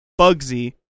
Bugsy